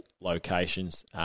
locations